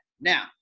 Now